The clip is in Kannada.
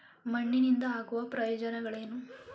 ಮಣ್ಣಿನಿಂದ ಆಗುವ ಪ್ರಯೋಜನಗಳೇನು?